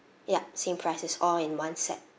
yup same price it's all in one set